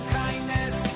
kindness